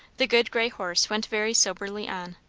the good grey horse went very soberly on,